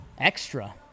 extra